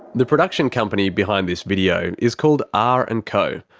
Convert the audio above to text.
the production company behind this video is called r and co.